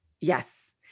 Yes